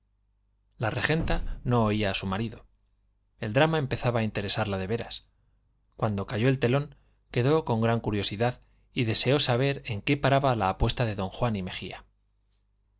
la regenta no oía a su marido el drama empezaba a interesarla de veras cuando cayó el telón quedó con gran curiosidad y deseó saber en qué paraba la apuesta de don juan y mejía